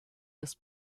des